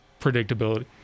predictability